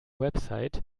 website